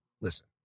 Listen